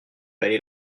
aller